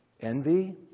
envy